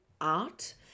art